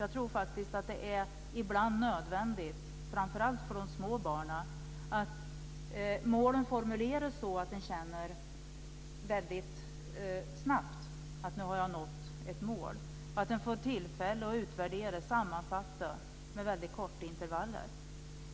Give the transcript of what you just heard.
Jag tror faktiskt att det ibland, framför allt för de små barnen, är nödvändigt att målen formuleras så att man väldigt snabbt känner när man har nått ett mål och så att man med väldigt korta intervaller får tillfälle till utvärdering och sammanfattning.